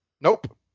nope